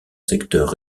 secteur